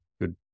good